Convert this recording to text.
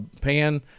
pan